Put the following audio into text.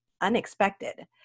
unexpected